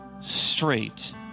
straight